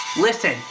Listen